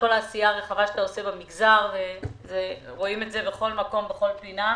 על כל העשייה הרחבה שאתה עושה במגזר ורואים את זה בכל מקום ובכל פינה.